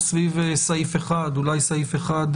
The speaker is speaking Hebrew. סביב סעיף (1).